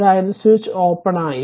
അതായതു switch open ആയി